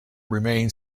remain